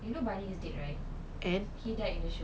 you know barney is dead right he died in the show